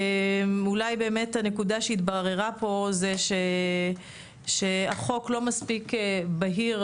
הנקודה שהתבררה פה היא אולי שהחוק לא מספיק בהיר,